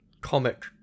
comic